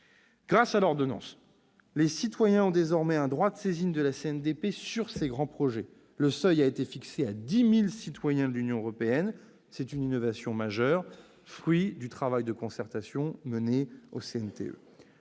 Grâce à l'ordonnance, les citoyens ont désormais un droit de saisine de la CNDP sur ces grands projets. Le seuil a été fixé à 10 000 citoyens de l'Union européenne ; c'est une innovation majeure, fruit du travail de concertation mené au